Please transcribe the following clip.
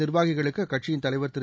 நிர்வாகிகளுக்கு அக்கட்சியின் தலைவர் திரு